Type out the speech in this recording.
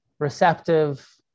receptive